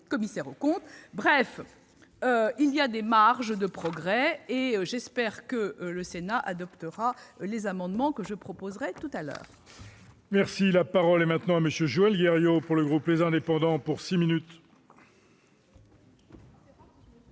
ma chère collègue. Bref, il y a des marges de progrès, et j'espère que le Sénat adoptera les amendements que je défendrai tout à l'heure.